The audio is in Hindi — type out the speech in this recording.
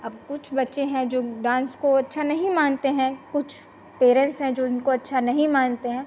अब कुछ बच्चे हैं जो डान्स को अच्छा नहीं मानते हैं कुछ पेरेन्ट्स हैं जो इनको अच्छा नहीं मानते हैं